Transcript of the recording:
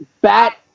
bat